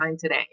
today